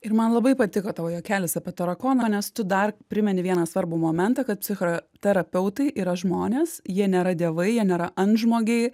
ir man labai patiko tavo juokelis apie tarakoną nes tu dar primeni vieną svarbų momentą kad psichoterapeutai yra žmonės jie nėra dievai jie nėra antžmogiai